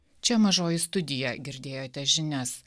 čia mažoji studija girdėjote žinias